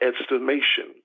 estimation